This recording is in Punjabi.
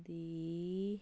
ਦੀ